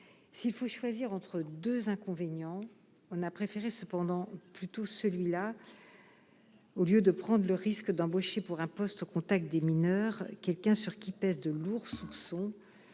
s'il faut choisir entre 2 inconvénients, on a préféré cependant plutôt celui-là, au lieu de prendre le risque d'embaucher pour un poste au contact des mineurs quelqu'un sur qui pèsent de lourds soupçons